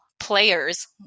players